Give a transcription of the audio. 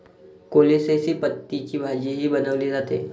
कोलोसेसी पतींची भाजीही बनवली जाते